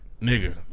Nigga